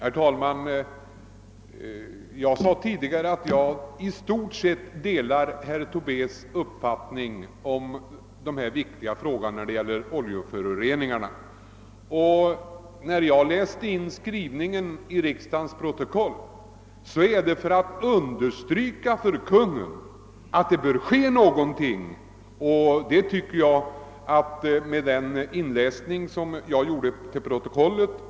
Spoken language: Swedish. Herr talman! Jag sade tidigare att jag i stort sett delar herr Tobés uppfattning i den viktiga frågan om oljeföroreningarna. Anledningen till att jag läste in utskottets skrivning till riksdagens protokoll var att jag ville un derstryka för Kungl. Maj:t att något bör göras.